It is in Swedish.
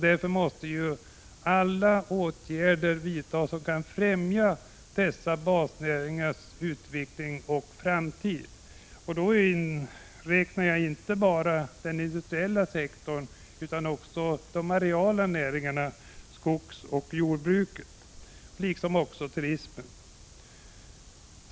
Därför måste alla åtgärder vidtas som kan främja dessa näringars utveckling och framtid. Då tänker jag inte bara på den industriella sektorn utan också på de areella näringarna, skogsoch jordbruket, liksom turismen.